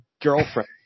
girlfriend